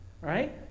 right